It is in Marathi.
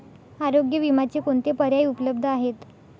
आरोग्य विम्याचे कोणते पर्याय उपलब्ध आहेत?